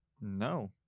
No